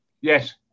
Yes